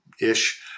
ish